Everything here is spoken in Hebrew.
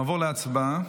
נעבור להצבעה.